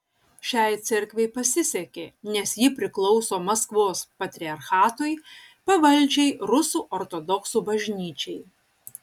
šiai cerkvei pasisekė nes ji priklauso maskvos patriarchatui pavaldžiai rusų ortodoksų bažnyčiai